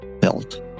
built